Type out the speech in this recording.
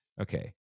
Okay